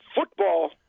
football